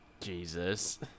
Jesus